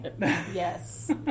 Yes